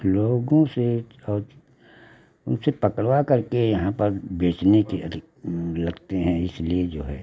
लोगों से और उनसे पतला करके यहाँ पर बेचने की अधिक लगते हैं इसलिए जो है